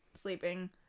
Sleeping